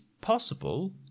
possible